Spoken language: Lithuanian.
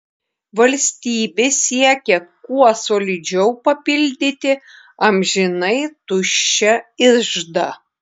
valstybė siekia kuo solidžiau papildyti amžinai tuščią iždą